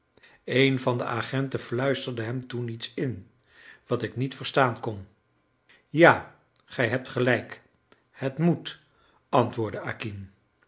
een van de agenten fluisterde hem toen iets in wat ik niet verstaan kon ja gij hebt gelijk het moet antwoordde